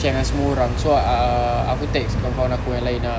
share dengan semua orang so uh aku text kawan aku yang lain ah